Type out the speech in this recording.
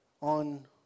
on